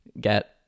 get